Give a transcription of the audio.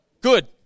Good